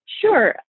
Sure